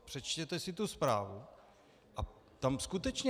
Přečtěte si tu zprávu a tam skutečně...